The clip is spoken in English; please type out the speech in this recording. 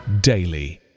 daily